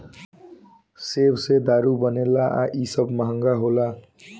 सेब से दारू बनेला आ इ सब महंगा होला